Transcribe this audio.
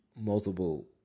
multiple